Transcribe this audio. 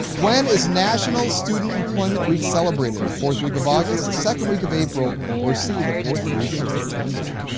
when is national student employment week celebrated? the fourth week of august, the second week of april, or c, the fourth week of september?